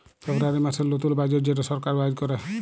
ফেব্রুয়ারী মাসের লতুল বাজেট যেট সরকার বাইর ক্যরে